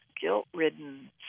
guilt-ridden